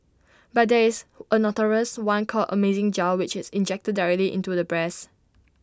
but there is A notorious one called amazing gel which is injected directly into the breasts